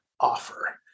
offer